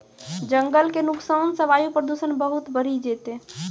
जंगल के नुकसान सॅ वायु प्रदूषण बहुत बढ़ी जैतै